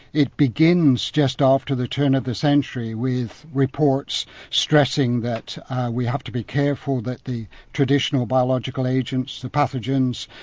it begins just after the turn of the century with reports stressing that we have to be careful that the traditional biological agents, the pathogens,